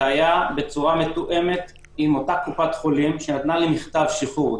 זה היה בצורה מתואמת עם אותה קופת חולים שנתנה לי מכתב שחרור.